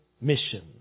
mission